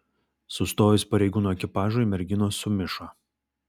sustojus pareigūnų ekipažui merginos sumišo